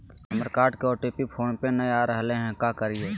हमर कार्ड के OTP phone पे नई आ रहलई हई, का करयई?